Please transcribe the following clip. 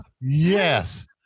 Yes